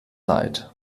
leid